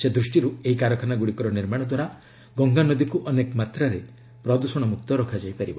ସେ ଦୃଷ୍ଟିରୁ ଏହି କାରଖାନାଗୁଡ଼ିକର ନିର୍ମାଣ ଦ୍ୱାରା ଗଙ୍ଗାନଦୀକୁ ଅନେକ ମାତ୍ରାରେ ପ୍ରଦୂଷଣ ମୁକ୍ତ ରଖାଯାଇ ପାରିବ